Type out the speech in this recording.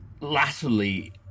latterly